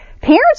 parents